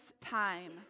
time